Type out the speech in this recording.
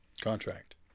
Contract